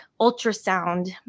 ultrasound